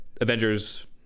avengers